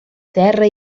terra